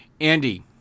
Andy